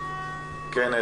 כן,